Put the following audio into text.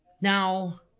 Now